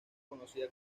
conocida